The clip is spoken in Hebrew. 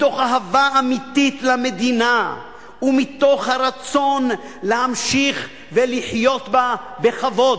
מתוך אהבה אמיתית למדינה ומתוך הרצון להמשיך לחיות בה בכבוד.